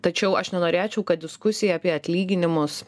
tačiau aš nenorėčiau kad diskusija apie atlyginimus